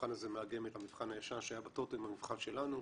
המבחן הזה מאגם את המבחן הישן שהיה בטוטו עם המבחן שלנו.